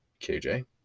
KJ